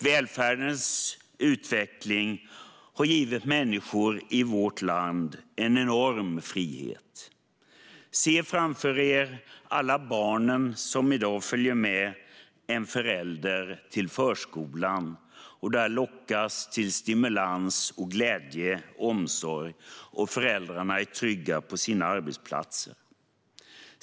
Välfärdens utveckling har givit människor i vårt land en enorm frihet. Se bara på alla barn som i dag följer en förälder till förskolan och där lockas till stimulans, glädje och omsorg medan föräldrarna är trygga på sina arbetsplatser!